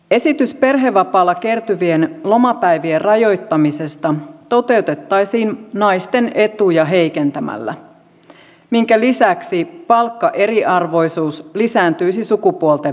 esitys perhevapaalla kertyvien lomapäivien rajoittamisesta toteutettaisiin naisten etuja heikentämällä minkä lisäksi palkkaeriarvoisuus lisääntyisi sukupuolten välillä